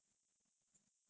india very little